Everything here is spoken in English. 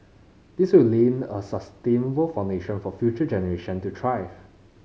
this will lay a sustainable foundation for future generation to thrive